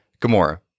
Gamora